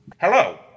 Hello